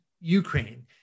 Ukraine